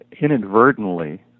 inadvertently